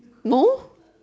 more